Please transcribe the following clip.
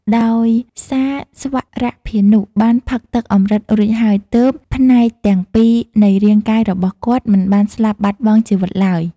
ដោយសារស្វរភានុបានផឹកទឹកអម្រឹតរួចហើយ ទើបផ្នែកទាំងពីរនៃរាងកាយរបស់គាត់មិនបានស្លាប់បាត់បង់ជីវិតឡើយ។